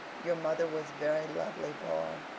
your mother was very lovely, paul,